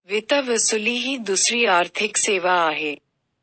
वित्त वसुली ही दुसरी आर्थिक सेवा आहे